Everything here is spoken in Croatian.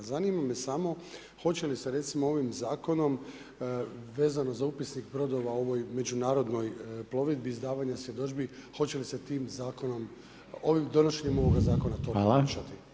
Zanima me samo hoće li se recimo ovim zakonom vezano za upisnik brodova u ovoj međunarodnoj plovidbi, izdavanja svjedodžbi hoće li se tim zakonom, ovim, donošenjem ovoga zakona to poboljšati?